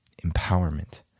Empowerment